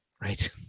right